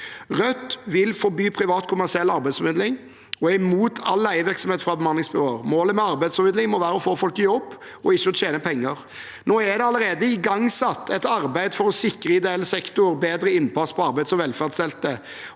Rødt vil forby privat kommersiell arbeidsformidling og er imot all leievirksomhet fra bemanningsbyråer. Målet med arbeidsformidling må være å få folk i jobb, ikke å tjene penger. Nå er det allerede igangsatt et arbeid for å sikre ideell sektor bedre innpass på arbeids- og velferdsfeltet,